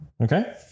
Okay